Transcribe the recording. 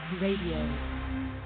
Radio